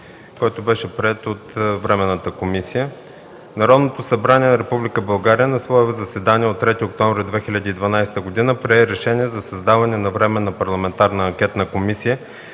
който беше приет от Временната комисия: „Народното събрание на Република България на свое заседание от 3 октомври 2012 г. прие Решение за създаване на Временна парламентарна анкетна комисия